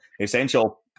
essential